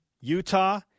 Utah